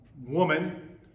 woman